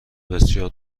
بسیار